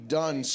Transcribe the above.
done